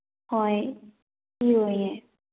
ꯍꯣꯏ ꯀꯤꯔꯣꯏꯌꯦ